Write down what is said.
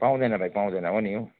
पाउँदैन भाइ पाउँदैन हो नि हो